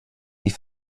die